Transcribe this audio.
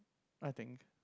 I think